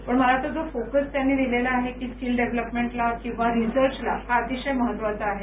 पं मला वाटत जो फोकस त्यांनी दिलेला आहे की स्किल डेव्हलाप्मेंटला किंवा रिसर्च ला हा अतिशय महत्वाचा आहे